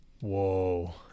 Whoa